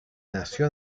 nació